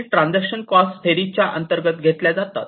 या गोष्टी transaction cost थेअरीच्या अंतर्गत घेतल्या जातात